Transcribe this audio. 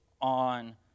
on